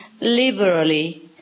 liberally